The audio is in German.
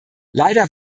leider